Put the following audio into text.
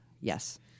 yes